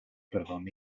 perdón